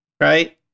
Right